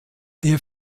der